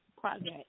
project